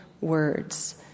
words